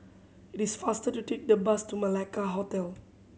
it is faster to take the bus to Malacca Hotel